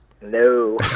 No